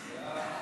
התשע"ח 2017,